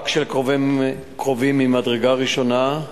רק של קרובים מדרגה ראשונה,